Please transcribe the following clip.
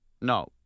No